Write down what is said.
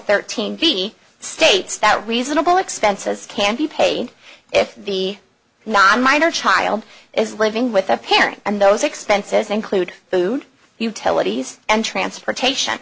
thirteen d d states that reasonable expenses can be paid if the non minor child is living with a parent and those expenses include food utilities and transportation